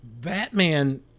Batman